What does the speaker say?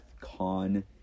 con